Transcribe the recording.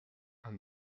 and